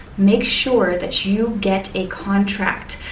make sure that you get a contract.